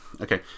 Okay